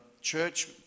church